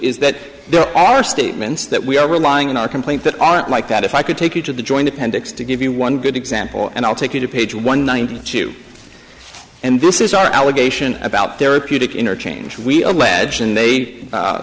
is that there are statements that we are relying on our complaint that are like that if i could take you to the joint appendix to give you one good example and i'll take you to page one ninety two and this is our allegation about their puta interchange we are glad they